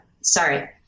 Sorry